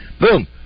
boom